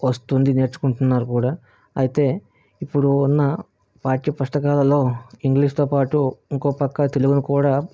వస్తుంది నేర్చుకుంటున్నారు కూడా అయితే ఇప్పుడు ఉన్న పాఠ్యపుస్తకాలలో ఇంగ్లీషుతో పాటు ఇంకోపక్క తెలుగుని కూడా